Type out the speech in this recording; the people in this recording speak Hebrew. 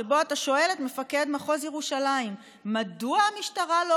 שבו אתה שואל את מפקד מחוז ירושלים מדוע המשטרה לא